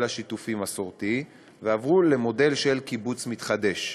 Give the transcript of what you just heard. השיתופי המסורתי ועברו למודל של "קיבוץ מתחדש",